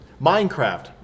Minecraft